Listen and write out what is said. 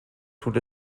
tut